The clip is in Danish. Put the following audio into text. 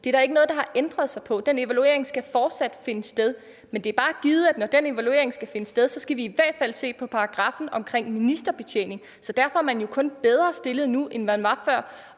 Der er ikke noget, der har ændret på det. Den evaluering skal fortsat finde sted. Men det er bare givet, at når den evaluering skal finde sted, skal vi i hvert fald se på paragraffen omkring ministerbetjening, så derfor er man jo kun bedre stillet nu, end man var før.